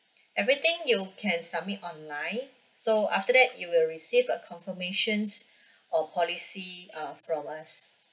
everything you can submit online so after that you will receive a confirmation or policy uh from us